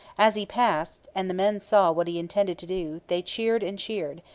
as he passed, and the men saw what he intended to do, they cheered and cheered,